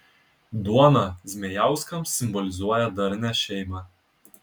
duona zmejauskams simbolizuoja darnią šeimą